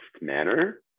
manner